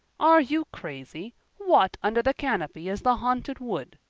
are you crazy? what under the canopy is the haunted wood?